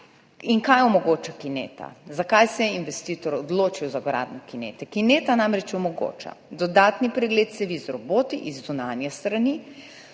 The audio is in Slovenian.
In kaj omogoča kineta? Zakaj se je investitor odločil za gradnjo kinete? Kineta namreč omogoča dodatni pregled cevi z roboti z zunanje strani.